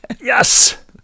Yes